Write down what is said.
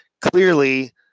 clearly